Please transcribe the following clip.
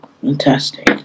fantastic